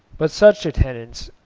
but such attendance,